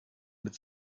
mit